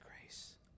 grace